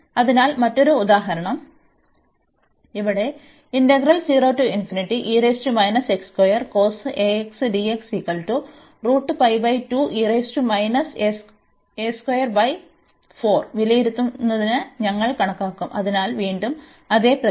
അതിനാൽ മറ്റൊരു ഉദാഹരണം ഇവിടെ വിലയിരുത്തുന്നത് ഞങ്ങൾ കണക്കാക്കും അതിനാൽ വീണ്ടും അതേ പ്രക്രിയ